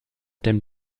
dem